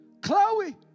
Chloe